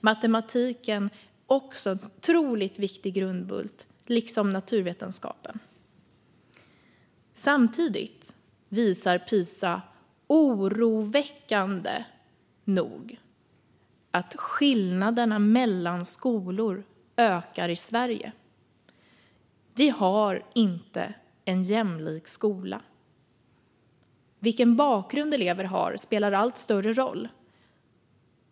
Matematiken är också en otroligt viktig grundbult, liksom naturvetenskapen. Samtidigt visar PISA oroväckande nog att skillnaderna mellan skolor ökar i Sverige. Vi har inte en jämlik skola. Vilken bakgrund elever har spelar allt större roll.